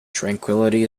tranquillity